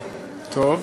ואחריו,